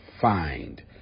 find